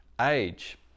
age